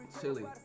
Chili